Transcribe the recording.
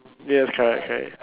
yes correct correct